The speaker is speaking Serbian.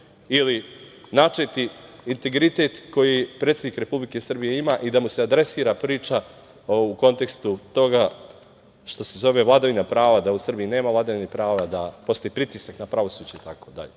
ili načeti integritet koji predsednik Republike Srbije ima i da mu se adresira priča u kontekstu toga što se zove vladavina prava, da u Srbiji nema vladavine prava, da postoji pritisak na pravosuđe itd. Nikada